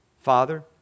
Father